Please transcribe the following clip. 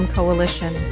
Coalition